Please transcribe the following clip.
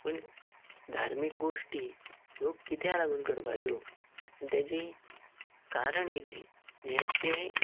पण धार्मीक गोश्टी ह्यो कित्याक लागून करपाच्यो आनी तेचें कारण कितें हें जें